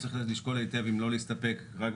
ציינו בדיונים הקודמים שסעיף כזה לא